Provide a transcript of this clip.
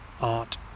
art